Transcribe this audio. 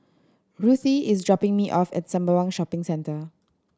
ruthie is dropping me off at Sembawang Shopping Centre